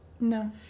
No